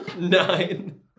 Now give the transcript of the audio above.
nine